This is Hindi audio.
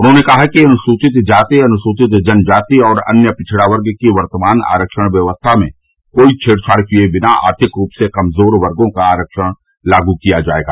उन्होंने कहा कि अनुसुचित जाति अनुसुचित जनजाति और अन्य पिछड़ा वर्ग की वर्तमान आरक्षण व्यवस्था में कोई छेड़छाड़ किए बिना आर्थिक रूप से कमजोर वर्गो का आरक्षण लागू किया जाएगा